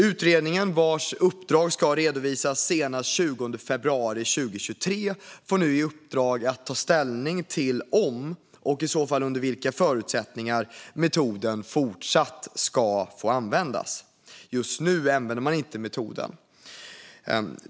Utredningen, vars uppdrag ska redovisas senast den 20 februari 2023, får nu i uppdrag att ta ställning till om, och i så fall under vilka förutsättningar, metoden ska få användas även i fortsättningen. Just nu använder man inte metoden.